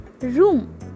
room